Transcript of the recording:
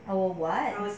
oh what